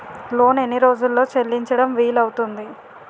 Loan ఎన్ని రోజుల్లో చెల్లించడం వీలు అవుతుంది?